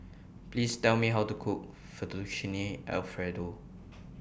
Please Tell Me How to Cook Fettuccine Alfredo